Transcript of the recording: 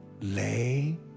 lay